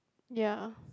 ya